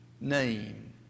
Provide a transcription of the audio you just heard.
name